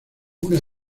una